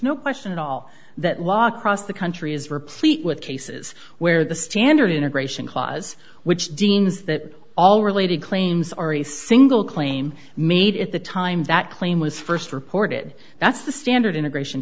no question at all that law cross the country is replete with cases where the standard integration clause which deems that all related claims are a single claim made at the time that claim was st reported that's the standard integration